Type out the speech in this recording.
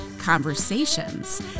Conversations